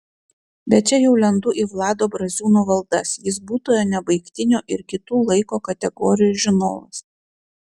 bet čia jau lendu į vlado braziūno valdas jis būtojo nebaigtinio ir kitų laiko kategorijų žinovas